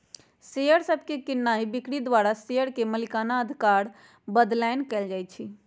share सभके कीनाइ बिक्री द्वारा शेयर के मलिकना अधिकार बदलैंन कएल जाइ छइ